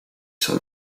zou